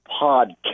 podcast